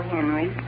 Henry